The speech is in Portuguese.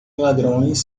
ladrões